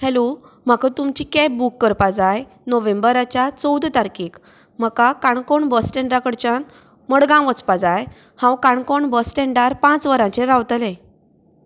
hello म्हाका तुमची cab book करपाक जाय नोव्हेंबराच्या चवदा तारखेक म्हाका काणकोण बस स्टेन्डा कडच्यान मडगांव वचपा जाय हांव काणकोण बस स्टेन्डार पांच वरांचेर रावतले